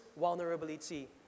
vulnerability